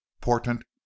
portent